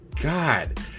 god